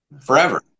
forever